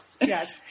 Yes